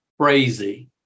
crazy